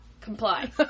Comply